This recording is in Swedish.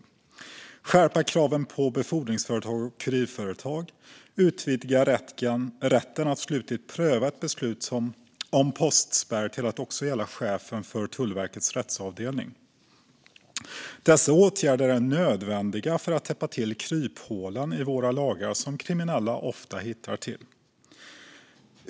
Det handlar också om att skärpa kraven på befordringsföretag och kurirföretag samt att utvidga rätten att slutligt pröva ett beslut om postspärr till att också gälla chefen för Tullverkets rättsavdelning. Dessa åtgärder är nödvändiga för att täppa till kryphålen i våra lagar, som kriminella ofta hittar till.